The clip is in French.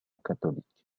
catholique